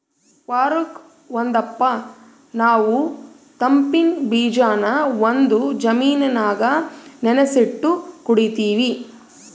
ವಾರುಕ್ ಒಂದಪ್ಪ ನಾವು ತಂಪಿನ್ ಬೀಜಾನ ಒಂದು ಜಾಮಿನಾಗ ನೆನಿಸಿಟ್ಟು ಕುಡೀತೀವಿ